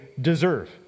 deserve